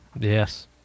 Yes